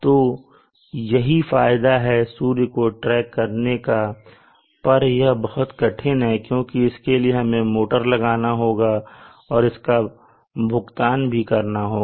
तो यही फायदा है सूर्य को ट्रैक करने का पर यह बहुत कठिन है क्योंकि इसके लिए हमें मोटर लगाना होगा और इसका भुगतान भी करना होगा